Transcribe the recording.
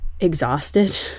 exhausted